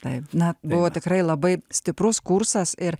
taip na buvo tikrai labai stiprus kursas ir